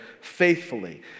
faithfully